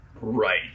right